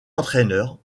entraîneurs